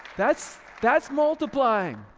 that's that's multiplying,